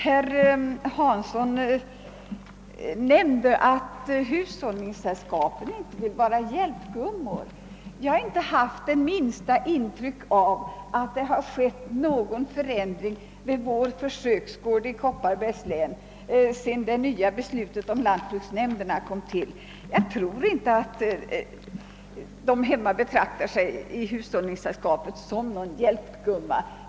Herr Hansson i Skegrie nämnde att hushållningssällskapen inte vill vara några »hjälpgummor». Jag har inte haft det minsta intryck av att någon förändring skett vid vår försöksgård i Kopparbergs län sedan det nya beslutet om lanbruksnämnderna tillkom. Jag tror inte att medlemmarna i hushållningssällskapet där hemma betraktar sig som hjälpgummor.